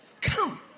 come